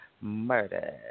murder